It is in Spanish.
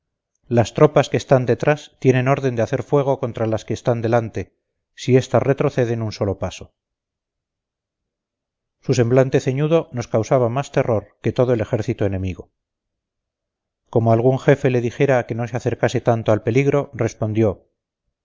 las tropas que están detrás tienen orden de hacer fuego contra las que están delante si estas retroceden un solo paso su semblante ceñudo nos causaba más terror que todo el ejército enemigo como algún jefe le dijera que no se acercase tanto al peligro respondió